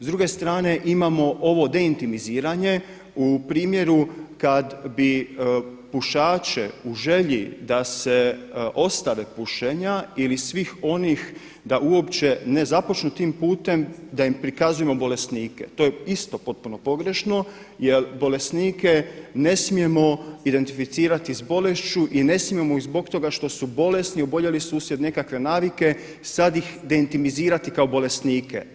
S druge strane, imamo ovo deintimiziranje u primjeru kada bi pušaće u želji da se ostave pušenja ili svih onih da uopće ne započnu tim putem, da im prikazujemo bolesnike, to je isto potpuno pogrešno jer bolesnike ne smijemo identificirati sa bolešću i ne smijemo ih zbog toga što su bolesni, oboljeli su uslijed nekakve navike, sada ih deintimizirati kao bolesnike.